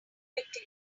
quickly